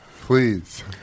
Please